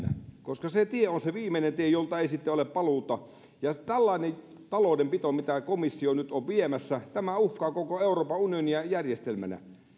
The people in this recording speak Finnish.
koska se tie on se viimeinen tie jolta ei sitten ole paluuta ja tällainen taloudenpito mitä komissio nyt on viemässä uhkaa koko euroopan unionia järjestelmänä